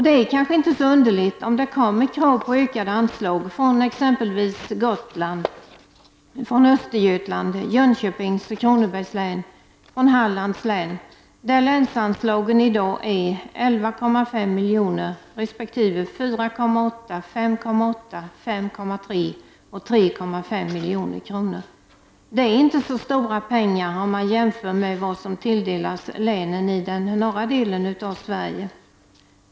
Det är kanske inte så underligt om det kommer krav på ökade anslag från exempelvis Gotlands län, från Östergötlands, Jönköpings och Kronobergs län, från Kristianstads och Hallands län, där länsanslagen i dag är 11,5 miljoner resp. 4,8 miljoner, 5,8 miljoner, 5,3 miljoner och 3,5 miljoner. Det är inte så stora pengar om man jämför med vad som tilldelas länen i norra delen av Sverige.